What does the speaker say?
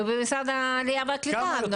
ובמשרד העלייה והקליטה לא מקבלים אותו.